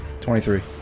23